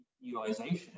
utilization